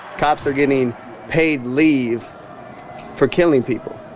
cops are getting paid leave for killing people.